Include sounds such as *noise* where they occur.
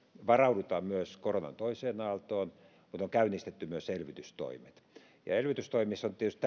varaudutaan myös koronan toiseen aaltoon mutta on käynnistetty myös elvytystoimet elvytystoimissa on tietysti *unintelligible*